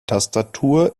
tastatur